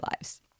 lives